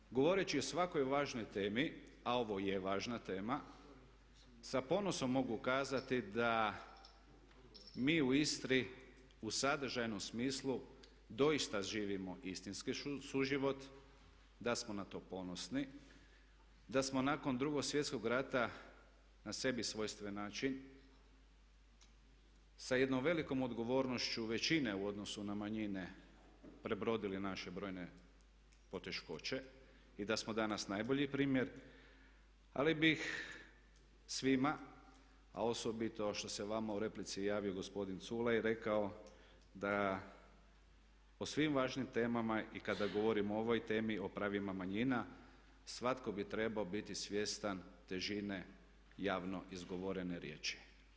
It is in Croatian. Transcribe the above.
Naime, govoreći o svakoj važnoj temi a ovo je važna tema sa ponosom mogu kazati da mi u Istri u sadržajnom smislu doista živimo istinski suživot, da smo na to ponosni, da smo nakon 2. svjetskog rata na sebi svojstven način sa jednom velikom odgovornošću većine u odnosu na manjine prebrodili naše brojne poteškoće i da smo danas najbolji primjer ali bih svima, a osobito što se vama u replici javio gospodin Culej rekao da o svim važnim temama i kada govorimo o ovoj temi o pravima manjina svatko bi trebao biti svjestan težine javno izgovorene riječi.